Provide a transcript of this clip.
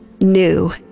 new